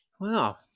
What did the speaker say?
Wow